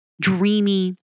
dreamy